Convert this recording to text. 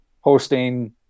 hosting